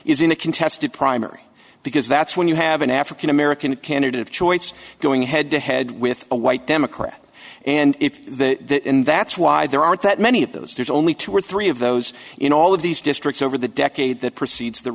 a contested primary because that's when you have an african american candidate of choice going head to head with a white democrat and if the and that's why there aren't that many of those there's only two or three of those in all of these districts over the decade that precedes the